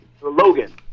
Logan